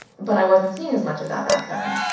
but i wasn't seeing as much of that back then.